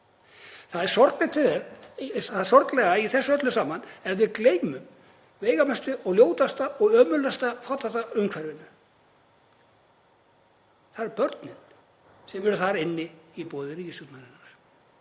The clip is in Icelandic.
Það sorglega í þessu öllu saman er að við gleymum veigamesta og ljótasta og ömurlegasta fátæktarumhverfinu en það eru börnin sem eru þar inni í boði ríkisstjórnarinnar.